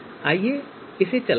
आइए इसे चलाते हैं